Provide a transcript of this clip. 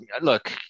Look